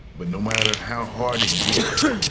but no matter how hard it gets,